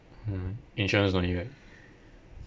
mm insurance only right